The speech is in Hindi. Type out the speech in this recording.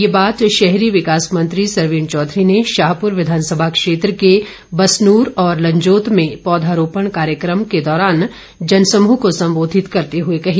ये बात शहरी विकास मंत्री सरवीण चौधरी ने शाहपुर विधानसभा क्षेत्र के बसनूर के लंजोत में पौधारोपण कार्यक्रम के दौरान जनसमूह को संबोधित करते हुए कही